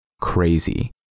crazy